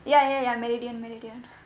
ya ya ya meridian meridian